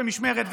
במשמרת,